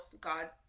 God